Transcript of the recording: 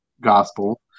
gospel